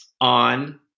on